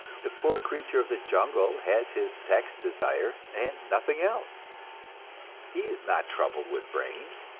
the poor creature of the jungle has his sex-desire and nothing else he is not troubled with brains,